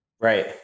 right